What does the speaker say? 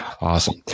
Awesome